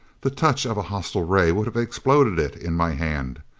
the touch of a hostile ray would have exploded it in my hand.